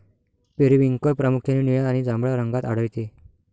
periwinkle प्रामुख्याने निळ्या आणि जांभळ्या रंगात आढळते